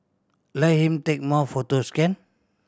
let him take more photos can